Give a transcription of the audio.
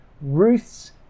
Ruth's